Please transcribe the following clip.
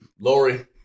Lori